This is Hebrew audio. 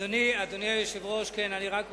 אדוני היושב-ראש, אני רק רוצה,